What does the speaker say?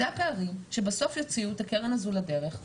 זה הפערים שבסוף יוציאו את הקרן הזו לדרך.